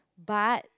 but